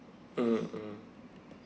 mm mm